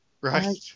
right